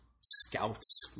scouts